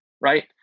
right